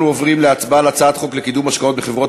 אנחנו עוברים להצבעה על הצעת חוק לקידום השקעות בחברות